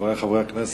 חברי חברי הכנסת,